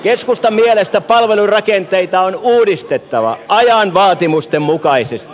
keskustan mielestä palvelurakenteita on uudistettava ajan vaatimusten mukaisesti